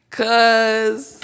cause